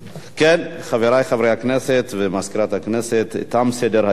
חברי חברי הכנסת ומזכירת הכנסת, תם סדר-היום.